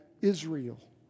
Israel